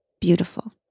beautiful